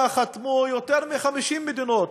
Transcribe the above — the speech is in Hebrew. שעליה חתמו יותר מ-50 מדינות,